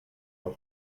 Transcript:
how